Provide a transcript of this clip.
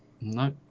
no